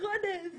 התקנות